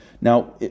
Now